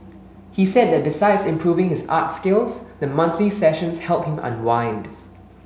he said that besides improving his art skills the monthly sessions help him unwind